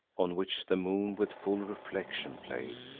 on which the moon with full reflection play'd.